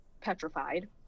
petrified